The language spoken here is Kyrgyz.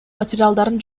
материалдарын